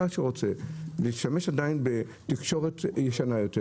מי שרוצה להשתמש עדיין בתקשורת ישנה יותר